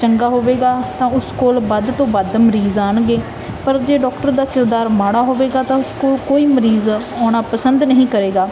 ਚੰਗਾ ਹੋਵੇਗਾ ਤਾਂ ਉਸ ਕੋਲ ਵੱਧ ਤੋਂ ਵੱਧ ਮਰੀਜ਼ ਆਉਣਗੇ ਪਰ ਜੇ ਡਾਕਟਰ ਦਾ ਕਿਰਦਾਰ ਮਾੜਾ ਹੋਵੇਗਾ ਤਾਂ ਉਸ ਕੋਲ ਕੋਈ ਮਰੀਜ਼ ਆਉਣਾ ਪਸੰਦ ਨਹੀਂ ਕਰੇਗਾ